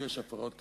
לי יש הפרעות קשב,